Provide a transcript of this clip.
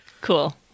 Cool